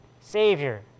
Savior